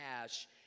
cash